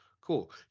Cool